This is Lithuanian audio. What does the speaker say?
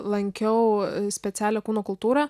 lankiau specialią kūno kultūrą